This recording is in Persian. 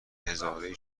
هزاره